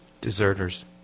Deserters